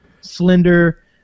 slender